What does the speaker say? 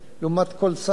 למה אני אומר את זה?